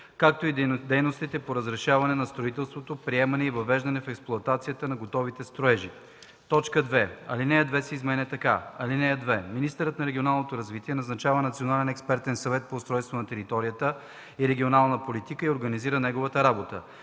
както и на дейностите по разрешаване на строителството, приемане и въвеждане в експлоатация на готовите строежи.“ 2. Алинея 2 се изменя така: „(2) Министърът на регионалното развитие назначава Национален експертен съвет по устройство на територията и регионална политика и организира неговата работа.